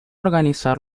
organizar